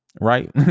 right